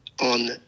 on